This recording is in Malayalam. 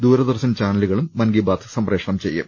ദൂരദർശൻ ചാനലുകളും മൻ കി ബാത് സംപ്രേഷണം ചെയ്യും